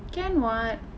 can what